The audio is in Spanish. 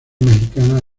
mexicanas